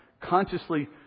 consciously